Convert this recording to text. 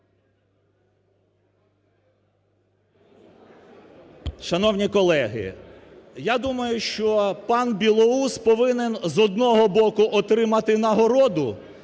Шановні колеги, я думаю, що пан Білоус повинен, з одного боку, отримати нагороду